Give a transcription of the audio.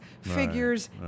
figures